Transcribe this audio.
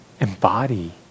Embody